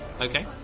Okay